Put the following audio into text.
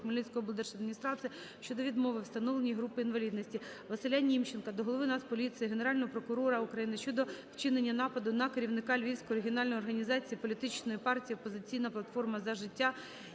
Хмельницької облдержадміністрації щодо відмови у встановленні групи інвалідності. Василя Німченка до Голови Нацполіції, Генерального прокурора України щодо вчинення нападу на керівника Львівської регіональної організації політичної партії "Опозиційна платформа – За життя"